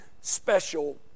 special